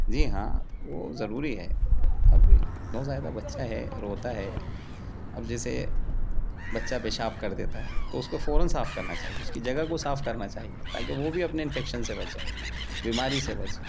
جی ہاں وہ ضروری ہے اب نوزائید بچہ ہے روتا ہے اب جیسے بچہ پیشاب کر دیتا ہے تو اس کو فوراً صاف کرنا چاہیے اس کی جگہ کو صاف کرنا چاہیے تاکہ وہ بھی اپنے انفیکشن سے بچیں بیماری سے بچیں